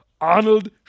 Arnold